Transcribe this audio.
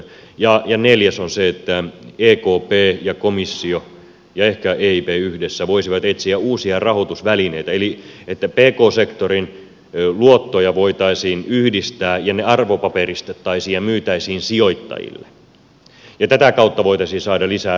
neljäs on se että ekp ja komissio ja ehkä eip voisivat etsiä yhdessä uusia rahoitusvälineitä eli että pk sektorin luottoja voitaisiin yhdistää ja ne arvopaperitettaisiin ja myytäisiin sijoittajille ja tätä kautta voitaisiin saada lisää rahoitusta